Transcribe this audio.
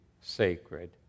sacred